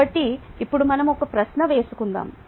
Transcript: కాబట్టి ఇప్పుడు మనం ఒక ప్రశ్న వేసుకుదాం